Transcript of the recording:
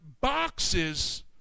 boxes